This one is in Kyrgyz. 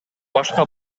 башка